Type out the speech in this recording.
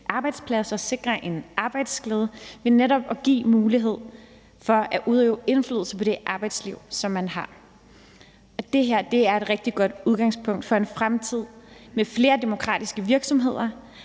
arbejdspladser og sikrer arbejdsglæde ved netop at give mulighed for at udøve indflydelse på sit arbejdsliv. Og det her er et rigtig godt udgangspunkt for en fremtid med flere demokratiske virksomheder.